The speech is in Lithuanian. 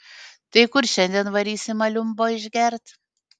tai kur šiandien varysim aliumbo išgert